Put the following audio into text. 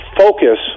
focus